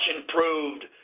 improved